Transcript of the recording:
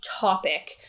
topic